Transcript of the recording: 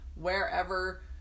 wherever